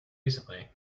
recently